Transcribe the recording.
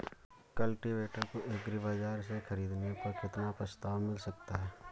Cultivator को agri बाजार से ख़रीदने पर कितना प्रस्ताव मिल सकता है?